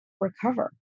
recover